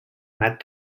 met